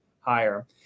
higher